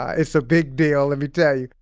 ah it's a big deal. let me tell you